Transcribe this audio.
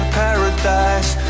paradise